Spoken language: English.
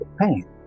pain